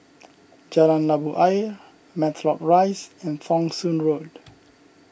Jalan Labu Ayer Matlock Rise and Thong Soon Road